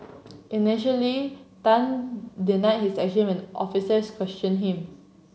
initially Tan denied his action when officers questioned him